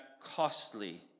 costly